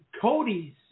Cody's